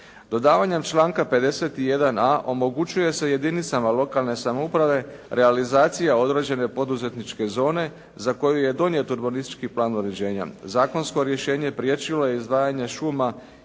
Dodavanjem članka 51a. omogućuje se jedinicama lokalne samouprave realizacija određene poduzetničke zone za koju je donijet urbanistički plan uređenja. Zakonsko rješenje priječilo je izdvajanje šuma